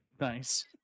Nice